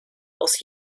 aus